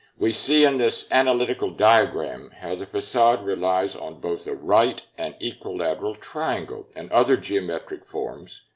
we see in this analytical diagram how the facade relies on both the right and equal lateral triangle, and other geometric forms,